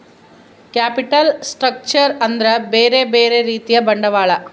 capital structure ಅಂದ್ರ ಬ್ಯೆರೆ ಬ್ಯೆರೆ ರೀತಿಯ ಬಂಡವಾಳ